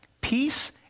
Peace